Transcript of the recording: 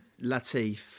Latif